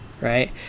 right